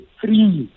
three